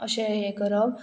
अशें हें करप